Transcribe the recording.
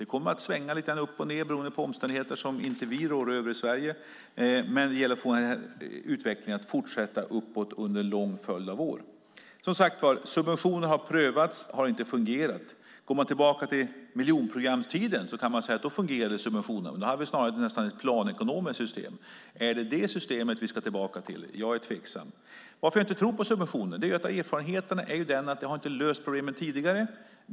Det kommer att svänga lite grann upp och ned beroende på omständigheter som inte vi i Sverige rår över, men det gäller att få den här utvecklingen att fortsätta uppåt under en lång följd av år. Som sagt: Subventioner har prövats och har inte fungerat. Om man går tillbaka till miljonprogramstiden kan man säga att subventioner fungerade, men då hade vi snarare ett nästan planekonomiskt system. Är det detta system som vi ska tillbaka till? Jag är tveksam. Varför jag inte tror på subventioner är att erfarenheterna är att de inte har löst problemen tidigare.